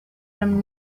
from